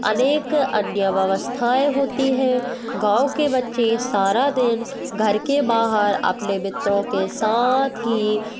अनेक अन्य व्यवस्थाएँ होती हैं गाँव के बच्चे सारा दिन घर के बाहर अपने मित्रों के साथ ही